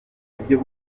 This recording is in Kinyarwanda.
ibyo